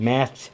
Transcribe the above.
Math